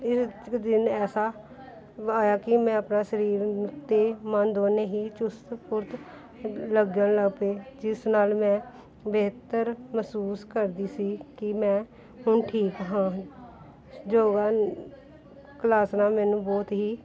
ਇੱਕ ਦਿਨ ਐਸਾ ਆਇਆ ਕਿ ਮੈਂ ਆਪਣਾ ਸਰੀਰ ਅਤੇ ਮਨ ਦੋਨੇਂ ਹੀ ਚੁਸਤ ਫੁਰਤ ਲੱਗਣ ਲੱਗ ਪਏ ਜਿਸ ਨਾਲ ਮੈਂ ਬਿਹਤਰ ਮਹਿਸੂਸ ਕਰਦੀ ਸੀ ਕਿ ਮੈਂ ਹੁਣ ਠੀਕ ਹਾਂ ਯੋਗਾ ਕਲਾਸ ਨਾਲ ਮੈਨੂੰ ਬਹੁਤ ਹੀ